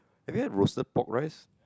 have you had roasted pork rice